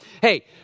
Hey